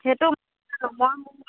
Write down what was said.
সেইটো